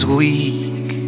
weak